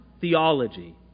theology